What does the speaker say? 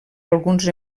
alguns